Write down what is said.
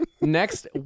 next